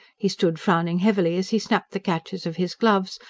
he stood frowning heavily as he snapped the catches of his gloves,